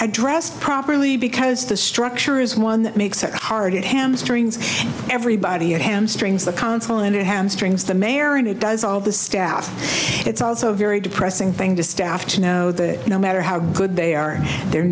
addressed properly because the structure is one that makes it hard it hamstrings everybody it hamstrings the council and it hamstrings the mayor and it does all the staff it's also very depressing thing to staff to know that no matter how good they are they're